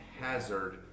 hazard